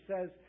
says